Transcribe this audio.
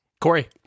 Corey